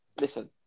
listen